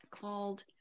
called